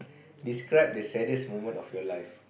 describe the saddest moment of your life